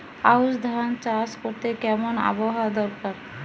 আউশ ধান চাষ করতে কেমন আবহাওয়া দরকার?